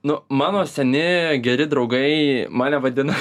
nu mano seni geri draugai mane vadina